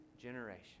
generation